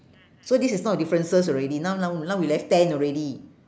so this is not a differences already now now now we left ten already